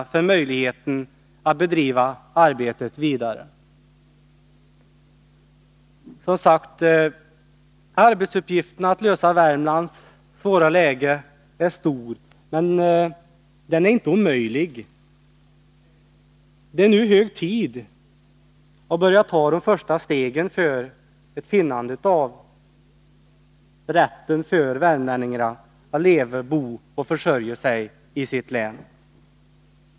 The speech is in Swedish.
Att komma fram till en lösning i fråga om Värmlands svåra sysselsättningsläge är som sagt en stor, men inte omöjlig arbetsuppgift. Det är nu hög tid att börja ta de första stegen när det gäller värmlänningarnas rätt att leva, bo och försörja sig i sitt eget län.